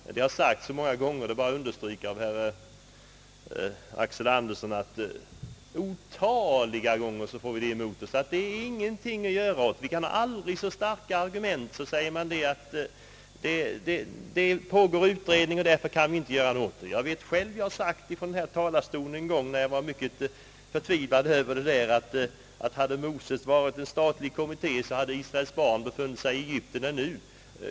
Det har sagts otaliga gånger — som herr Axel Andersson påpekat, det är bara att understryka — att man ingenting kan göra; om vi har aldrig så starka argument säger man ändå att det pågår utredningar och därför kan man inte göra någonting åt det. Jag har själv ifrån denna talarstol sagt en gång när jag var mycket förtvivlad över detta, att »hade Moses varit en statlig kommitté så hade Israels barn befunnit sig i Egypten ännu».